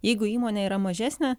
jeigu įmonė yra mažesnė